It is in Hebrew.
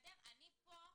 אני פה בשבילכם,